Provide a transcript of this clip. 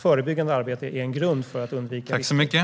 Förebyggande arbete är en grund för att undvika terrorism.